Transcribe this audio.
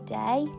day